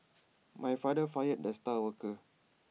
my father fired the star worker